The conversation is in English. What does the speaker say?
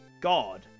God